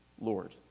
Lord